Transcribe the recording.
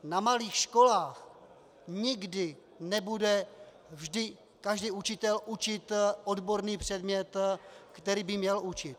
Na malých školách nikdy nebude vždy každý učitel učit odborný předmět, který by měl učit.